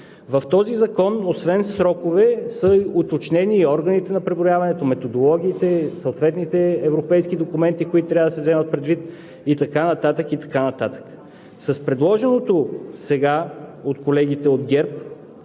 В този закон, освен срокове, са уточнени и органите на преброяването, методологиите, съответните европейски документи, които трябва да се вземат предвид, и така нататък, и така нататък. С предложеното сега от колегите от ГЕРБ